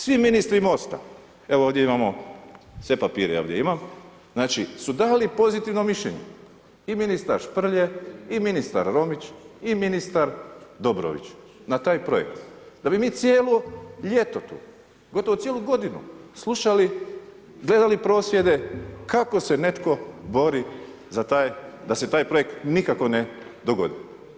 Svi ministri MOST-a evo ovdje imamo, sve papire ja ovdje imam, znači su dali pozitivno mišljenje, i ministar Šprlje i ministar Romić i ministar Dobrović na taj projekt da bi mi cijelo ljeto tu, gotovo cijelu godinu slušali, gledali prosvjede, kako se netko bori da se taj projekt nikako ne dogodi.